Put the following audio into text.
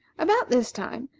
about this time,